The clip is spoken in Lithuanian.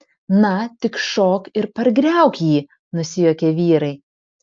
na tik šok ir pargriauk jį nusijuokė vyrai